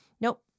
Nope